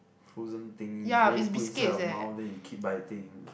frozen thing is then you put inside your mouth then you keep biting